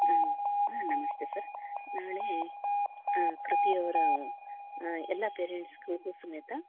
ಹಾಂ ನಮಸ್ತೆ ಸರ್ ನಾಳೆ ಕೃತಿ ಅವ್ರ ಎಲ್ಲ ಪೆರೆಂಟ್ಸ್ಗೂ ಸಮೇತ